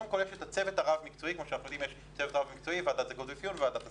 יש צוות רב-מקצועי בוועדת זכאות ואפיון וועדת השגה.